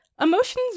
emotions